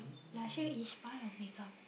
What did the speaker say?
blusher is part of make-up